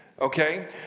okay